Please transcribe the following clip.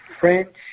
French